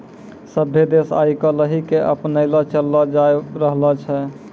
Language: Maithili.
सभ्भे देश आइ काल्हि के अपनैने चललो जाय रहलो छै